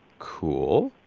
cool,